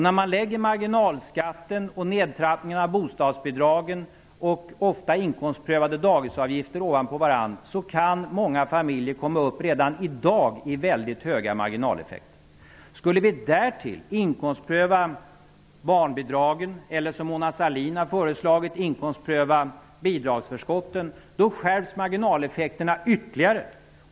När man lägger marginalskatten och nedtrappningen av bostadsbidragen och ofta inkomstprövade dagisavgifter ovanpå varandra kan många familjer redan i dag komma upp i väldigt höga marginaleffekter. Skulle vi därtill inkomstpröva barnbidragen eller, som Mona Sahlin har föreslagit, bidragsförskottet, skärps marginaleffekterna ytterligare.